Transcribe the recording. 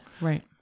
Right